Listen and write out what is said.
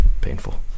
painful